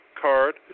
card